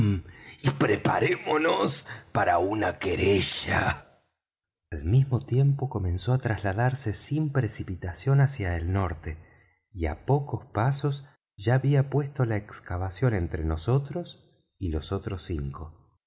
y preparémonos para una querella al mismo tiempo comenzó á trasladarse sin precipitación hacia el norte y á pocos pasos ya había puesto la excavación entre nosotros y los otros cinco